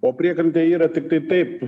o priekrantėj yra tiktai taip